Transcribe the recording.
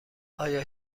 آیا